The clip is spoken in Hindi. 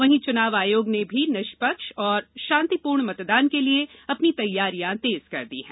वहीं चुनाव आयोग ने भी निपष्क्ष और शांतिपूर्ण मतदान के लिए अपनी तैयारियां तेज कर दी है